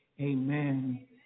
amen